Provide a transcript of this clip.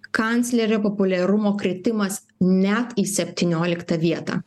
kanclerio populiarumo kritimas net į septynioliktą vietą